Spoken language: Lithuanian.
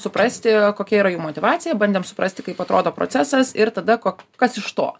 suprasti kokia yra jų motyvacija bandėm suprasti kaip atrodo procesas ir tada ko kas iš to